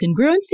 Congruency